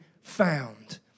found